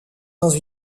dans